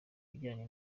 bijanye